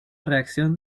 reacción